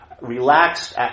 relaxed